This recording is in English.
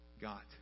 got